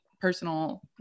personal